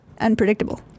unpredictable